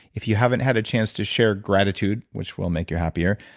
if you haven't had a chance to share gratitude, which will make you happier,